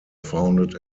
founded